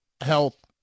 health